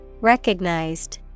Recognized